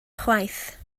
chwaith